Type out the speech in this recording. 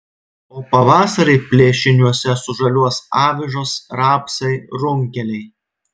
o pavasarį plėšiniuose sužaliuos avižos rapsai runkeliai